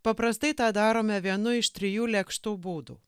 paprastai tą darome vienu iš trijų lėkštų būdų